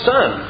Son